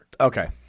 Okay